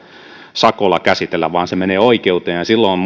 sakolla käsitellä vaan se menee oikeuteen ja silloin